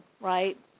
right